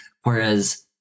whereas